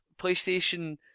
PlayStation